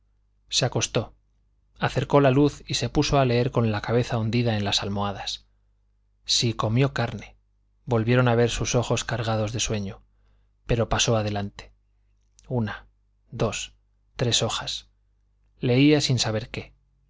se acostó acercó la luz y se puso a leer con la cabeza hundida en las almohadas si comió carne volvieron a ver sus ojos cargados de sueño pero pasó adelante una dos tres hojas leía sin saber qué